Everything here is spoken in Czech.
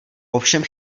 ovšem